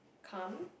come